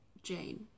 Jane